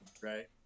right